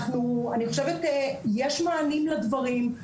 יש מענים לדברים.